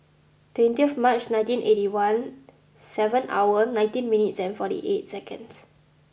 twenty of March nineteen eighty one seven hour nineteen minutes and forty eight seconds